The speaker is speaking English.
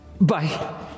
Bye